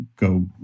go